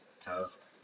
Toast